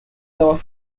daba